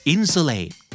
Insulate